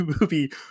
movie